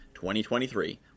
2023